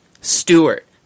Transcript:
Stewart